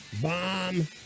bomb